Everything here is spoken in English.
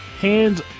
hands